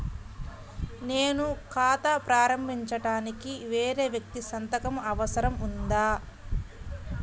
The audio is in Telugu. నేను ఖాతా ప్రారంభించటానికి వేరే వ్యక్తి సంతకం అవసరం ఉందా?